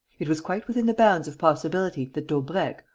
it was quite within the bounds of possibility that daubrecq,